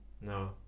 No